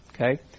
Okay